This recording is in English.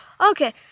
Okay